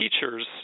teachers